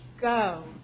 go